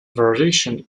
variation